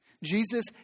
Jesus